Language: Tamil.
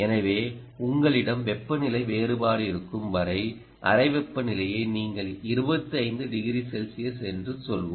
எனவே உங்களிடம் வெப்பநிலை வேறுபாடு இருக்கும் வரை அறை வெப்பநிலையை நீங்கள் 25 டிகிரி செல்சியஸ் என்று சொல்வோம்